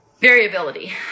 variability